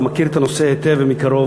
ומכיר את הנושא היטב ומקרוב,